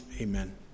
Amen